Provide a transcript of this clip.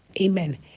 Amen